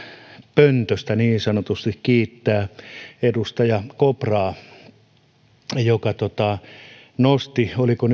niin sanotusti pöntöstä kiittää edustaja kopraa joka nosti esille oliko